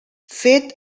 fet